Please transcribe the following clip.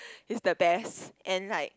is the best and like